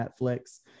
Netflix